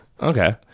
Okay